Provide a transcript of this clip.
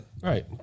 right